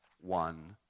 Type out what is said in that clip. one